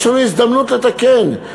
יש לנו הזדמנות לתקן.